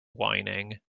whining